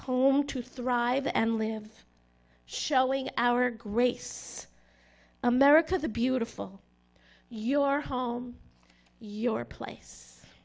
home to thrive and live showing our grace america the beautiful your home your place